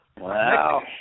Wow